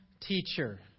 teacher